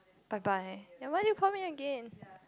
bye bye then why do you call me again